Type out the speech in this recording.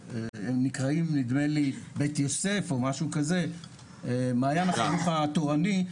בבית יוסף, מעיין החינוך התורני,